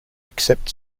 except